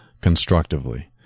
constructively